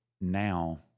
now